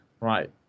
Right